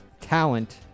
talent